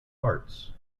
parts